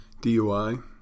DUI